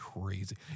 crazy